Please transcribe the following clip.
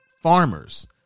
farmers